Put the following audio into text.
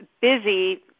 busy